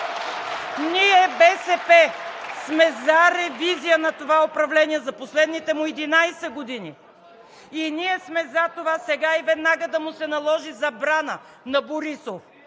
Ние, БСП, сме за ревизия на това управление за последните му 11 години. И ние сме за това сега и веднага да му се наложи забрана на Борисов